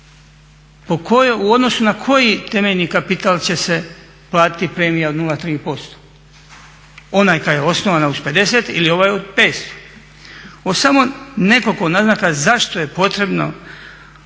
U odnosu na koji temeljni kapital će se platiti premija od 0,3%? Ona koja je osnovana uz 50 ili ovaj od 500. U samo nekoliko naznaka zašto je potrebno